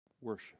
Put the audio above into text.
worship